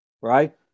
right